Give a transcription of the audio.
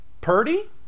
Purdy